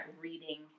reading